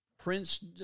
Prince